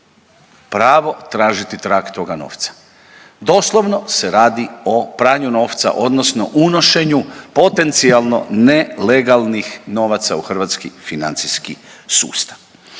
pravo tražiti trag toga novca. Doslovno se radi o pranju novca, odnosno unošenju potencijalno nelegalnih novaca u hrvatski financijski sustav.